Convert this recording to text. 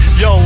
yo